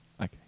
Okay